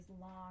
long